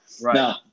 Right